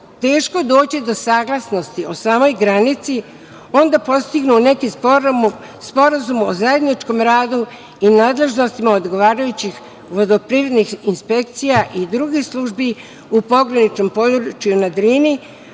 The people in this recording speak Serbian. teško doći do saglasnosti o samoj granici, onda postignu neki sporazum o zajedničkom radu i nadležnostima odgovarajućih vodoprivrednih inspekcija, i drugih službi u pograničnom području na Drini,